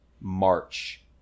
March